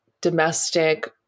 domestic